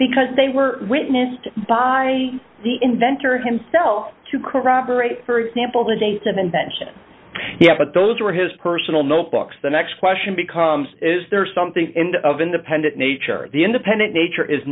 because they were witnessed by the inventor himself to corroborate for example the dates of invention yes but those were his personal notebooks the next question becomes is there something and of independent nature the independent nature is